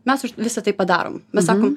mes už visą tai padarom mes sakom